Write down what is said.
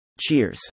Cheers